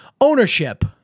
ownership